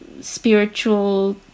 spiritual